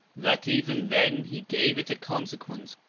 that even then he gave it a consequence,